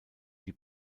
die